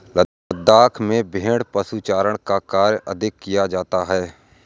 लद्दाख में भेड़ पशुचारण का कार्य अधिक किया जाता है